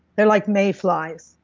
they're like mayflies.